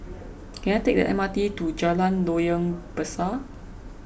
can I take the M R T to Jalan Loyang Besar